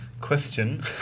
question